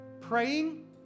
praying